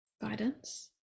guidance